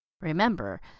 Remember